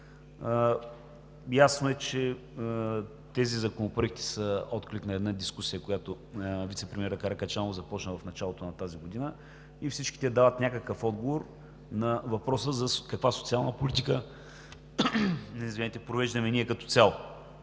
Ясно е, че законопроектите са отклик на дискусия, която вицепремиерът Каракачанов започна в началото на тази година и всичките дават някакъв отговор на въпроса: каква социална политика провеждаме като цяло?